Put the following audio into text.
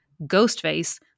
ghostface